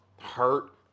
hurt